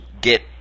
get